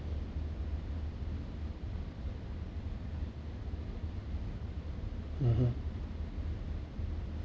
mmhmm